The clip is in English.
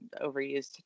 overused